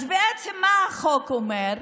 אז בעצם מה החוק אומר?